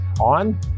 on